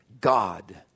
God